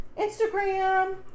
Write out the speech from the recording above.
Instagram